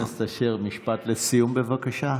חבר הכנסת אשר, משפט לסיום, בבקשה.